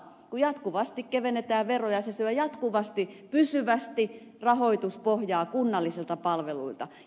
kun jatkuvasti kevennetään veroja se syö jatkuvasti pysyvästi rahoituspohjaa kunnallisilta palveluilta